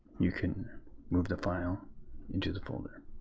you can move the file into the folder.